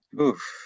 Oof